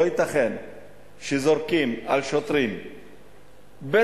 לא ייתכן שזורקים על שוטרים בתפקיד